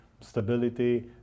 stability